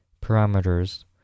Parameters